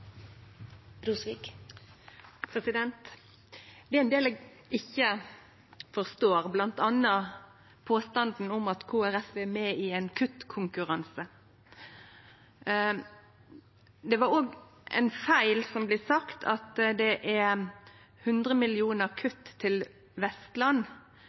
ein del eg ikkje forstår, bl.a. påstanden om at Kristeleg Folkeparti er med i ein kuttkonkurranse. Det var òg ein feil som blei nemnd, at det er 100 mill. kr i kutt til Vestland.